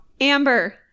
Amber